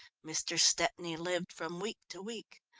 mr. stepney lived from week to week.